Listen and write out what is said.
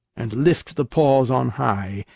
and lift the paws on high!